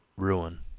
ruin,